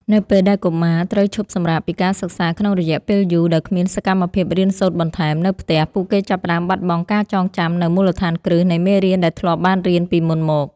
នៅពេលដែលកុមារត្រូវឈប់សម្រាកពីការសិក្សាក្នុងរយៈពេលយូរដោយគ្មានសកម្មភាពរៀនសូត្របន្ថែមនៅផ្ទះ ពួកគេចាប់ផ្តើមបាត់បង់ការចងចាំនូវមូលដ្ឋានគ្រឹះនៃមេរៀនដែលធ្លាប់បានរៀនពីមុនមក។